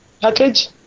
package